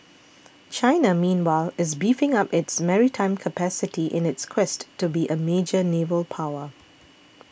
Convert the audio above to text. China meanwhile is beefing up its maritime capacity in its quest to be a major naval power